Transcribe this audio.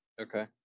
Okay